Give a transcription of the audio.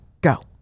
Go